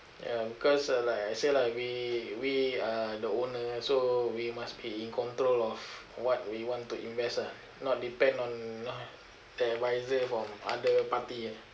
ya because uh like I say lah we we are the owner so we must be in control of what we want to invest ah not depend on you know the advisor from other party ah